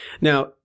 Now